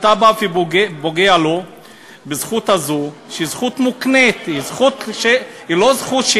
אתה בא ופוגע לו בזכות הזאת שהיא זכות מוקנית,